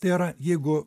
tai yra jeigu